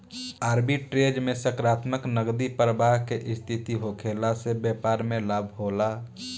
arbitrage में सकारात्मक नगदी प्रबाह के स्थिति होखला से बैपार में लाभ होला